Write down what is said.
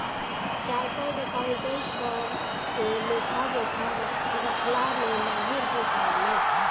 chartered accountant कर के लेखा जोखा रखला में माहिर होत बाने